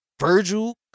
Virgil